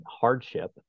hardship